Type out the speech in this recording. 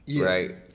right